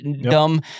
Dumb